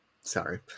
Sorry